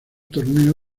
torneo